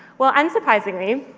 well, unsurprisingly,